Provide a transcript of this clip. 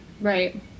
Right